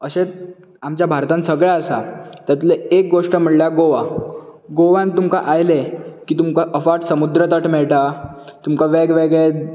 अशेंच आमच्या भारतांत सगलें आसा तातलें एक गोश्ट म्हणल्यार गोवा गोवान तुमकां आयले की तुमकां अपाट समुद्र तट मेळटा तुमकां वेगवेगळे